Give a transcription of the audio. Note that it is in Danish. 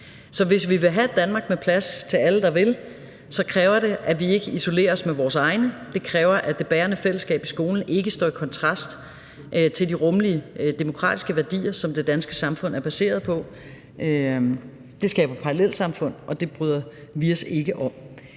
Så hvis vi vil have et Danmark med plads til alle, der vil, så kræver det, at vi ikke isolerer os med vores egne; det kræver, at det bærende fællesskab i skolen ikke står i kontrast til de rummelige demokratiske værdier, som det danske samfund er baseret på. Det skaber parallelsamfund, og det bryder vi os ikke om.